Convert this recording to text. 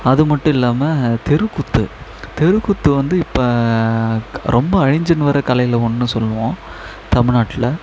அதுமட்டும் இல்லாமல் தெருக்கூத்து தெருக்கூத்து வந்து இப்போ ரொம்ப அழிஞ்சுன்னு வர்ற கலையில் ஒன்று சொல்வோம் தமில்நாட்டில்